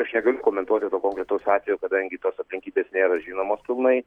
aš negaliu komentuoti konkretaus atvejo kadangi tos aplinkybės nėra žinomos pilnai